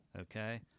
Okay